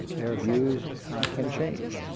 their views can change.